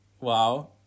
wow